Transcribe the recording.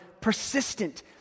persistent